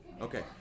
Okay